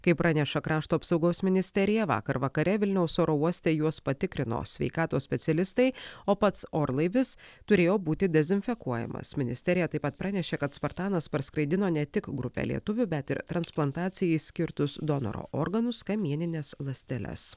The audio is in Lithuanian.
kaip praneša krašto apsaugos ministerija vakar vakare vilniaus oro uoste juos patikrino sveikatos specialistai o pats orlaivis turėjo būti dezinfekuojamas ministerija taip pat pranešė kad spartanas parskraidino ne tik grupę lietuvių bet ir transplantacijai skirtus donoro organus kamienines ląsteles